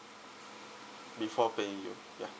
before paying you ya